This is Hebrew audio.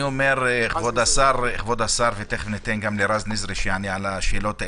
ניתן גם לרז נזרי שיענה על השאלות האלה.